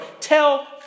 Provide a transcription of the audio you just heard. Tell